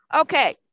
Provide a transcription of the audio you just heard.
Okay